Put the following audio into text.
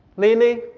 lily.